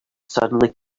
suddenly